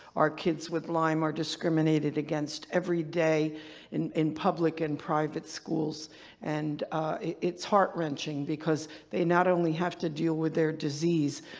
our kids with lyme are discriminated against every day in in public and private schools and it's heart wrenching, because they not only have to deal with their disease,